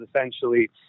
essentially